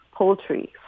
poultry